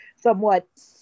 somewhat